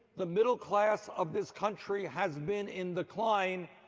the middle class of this country has been in decline.